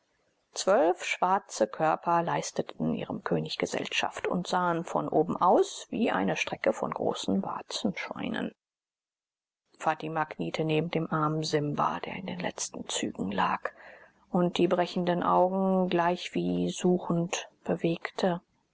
zwölf schwarze körper leisteten ihrem könig gesellschaft und sahen von oben aus wie eine strecke von großen warzenschweinen fatima kniete neben dem armen simba der in den letzten zügen lag und die brechenden augen gleichwie suchend bewegte